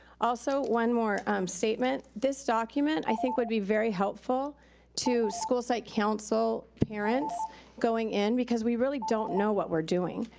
also, one more statement. this document, i think, would be very helpful to school site council parents going in because we really don't know what we're doing.